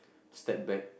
step back